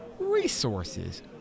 resources